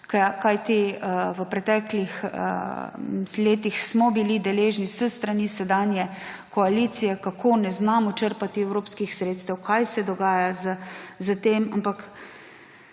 kajti v preteklih letih smo bili deležni s strani sedanje koalicije, kako ne znamo črpati evropskih sredstev, kaj se dogaja z tem, ampak,